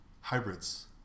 Hybrids